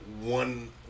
one